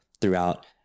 throughout